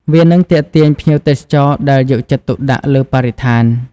វានឹងទាក់ទាញភ្ញៀវទេសចរដែលយកចិត្តទុកដាក់លើបរិស្ថាន។